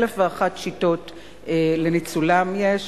אלף ואחת שיטות לניצולם יש,